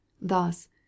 thus